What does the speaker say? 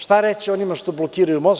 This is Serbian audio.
Šta reći onima što blokiraju mostove?